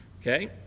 Okay